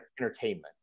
entertainment